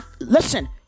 Listen